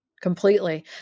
completely